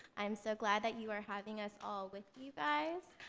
i'm so glad that you are having us all with you guys.